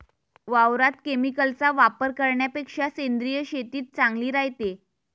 वावरात केमिकलचा वापर करन्यापेक्षा सेंद्रिय शेतीच चांगली रायते